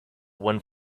one